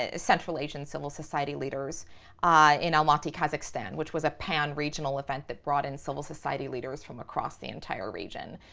ah central asian civil society leaders in almaty, kazakhstan which was a pan-regional event that brought in civil society leaders from across the entire region.